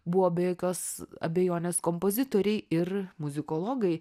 buvo be jokios abejonės kompozitoriai ir muzikologai